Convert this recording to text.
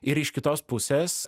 ir iš kitos pusės